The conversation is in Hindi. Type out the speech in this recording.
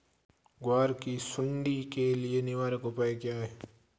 ग्वार की सुंडी के लिए निवारक उपाय क्या है?